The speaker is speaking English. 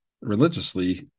religiously